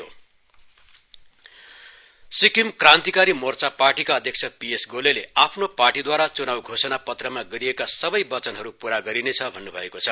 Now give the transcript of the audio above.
SKM Sikkim Krantikari Morcha पार्टीका अध्यक्ष P S गोलेले आफ्नो पार्टीद्वारा च्नाव घोषणापत्रमा गरिका सबै वचनहरू पूरा गरिने छ भन्न्भएको छ